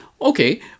okay